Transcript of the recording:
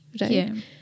right